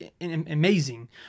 amazing